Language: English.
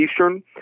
Eastern